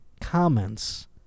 comments